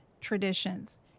traditions